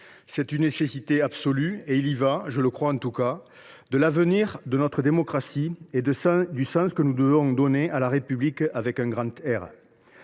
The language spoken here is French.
C’est une nécessité absolue, car il y va, je le crois, de l’avenir de notre démocratie et du sens que nous devons donner à la République. Dans